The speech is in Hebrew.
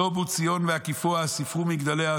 סֹבּוּ ציון והקיפוה ספרו מגדליה.